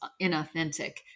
inauthentic